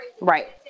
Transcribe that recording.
Right